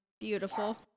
beautiful